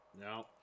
No